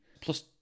plus